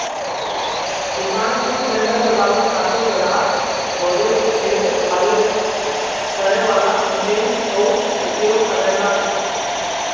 किसान कुल पेड़ लगावे खातिर गड़हा खोदे में छेद करे वाला मशीन कअ उपयोग करेलन